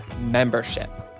membership